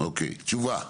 אוקי תשובה.